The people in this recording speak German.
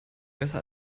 besser